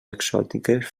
exòtiques